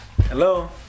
Hello